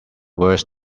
worst